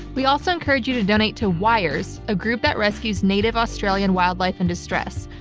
we also encourage you to donate to wires, a group that rescues native australian wildlife and distress.